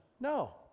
No